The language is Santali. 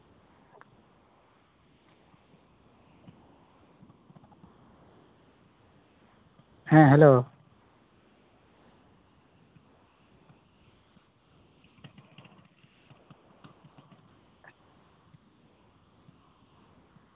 ᱦᱮᱸ ᱦᱮᱞᱳ